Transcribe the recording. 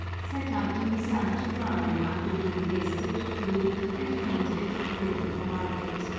set out in the sun to dry after being pasted, glued, and painted ready for market.